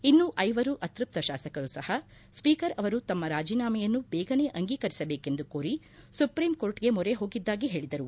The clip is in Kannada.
ಇನ್ನೂ ಐವರು ಅತೃಪ್ತ ಶಾಸಕರು ಸಹ ಸ್ವೀಕರ್ ಅವರು ತಮ್ಮ ರಾಜೀನಾಮೆಯನ್ನು ಬೇಗನೆ ಅಂಗೀಕರಿಸಬೇಕೆಂದು ಕೋರಿ ಸುಪ್ರೀಂ ಕೋರ್ಟ್ಗೆ ಮೊರೆ ಹೋಗಿದ್ಲಾಗಿ ಹೇಳಿದರು